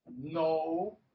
no